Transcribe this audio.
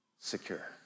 secure